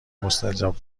مستجاب